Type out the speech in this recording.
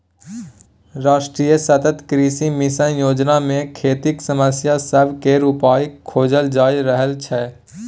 राष्ट्रीय सतत कृषि मिशन योजना मे खेतीक समस्या सब केर उपाइ खोजल जा रहल छै